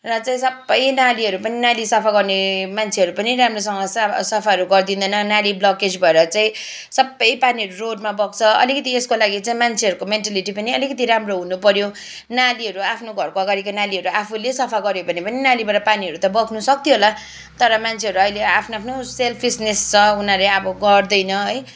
र चाहिँ सबै नालीहरू पनि नाली सफा गर्ने मान्छेहरू पनि राम्रोसँग चाहिँ अब सफाहरू गरिदिँदैन नाली ब्लकेज भएर चाहिँ सबै पानीहरू रोडमा बग्छ अलिकति यसको लागि चाहिँ मान्छेहरूको मेन्टलिटी पनि अलिकति राम्रो हुनुपऱ्यो नालीहरू आफ्नो घरको अगाडिको नालीहरू आफूले सफा गऱ्यो भने पनि नालीबाट पानीहरू त बग्नुसक्थ्यो होला तर मान्छेहरू अहिले आफ्नो आफ्नो सेल्फिसनेस छ उनीहरूले अब गर्दैन है